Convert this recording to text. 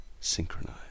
synchronize